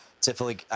typically